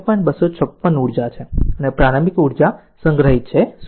256 ઊર્જા છે અને પ્રારંભિક ઉર્જા સંગ્રહિત છે 0